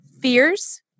Fears